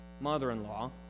mother-in-law